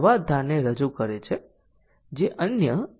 અને અહીં આપણે જે પરિભાષા વાપરી રહ્યા છીએ